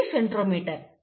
ఇది సెంట్రోమీర్